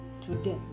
today